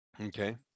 Okay